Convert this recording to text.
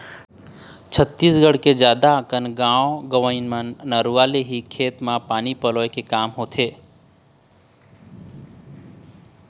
छत्तीसगढ़ के जादा अकन गाँव गंवई म नरूवा ले ही खेत म पानी पलोय के काम होथे